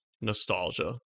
nostalgia